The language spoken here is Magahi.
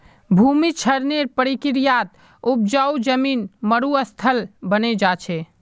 भूमि क्षरनेर प्रक्रियात उपजाऊ जमीन मरुस्थल बने जा छे